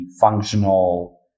functional